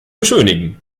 beschönigen